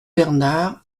bernard